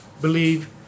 believe